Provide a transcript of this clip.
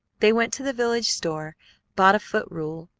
they went to the village store bought a foot-rule,